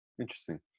interesting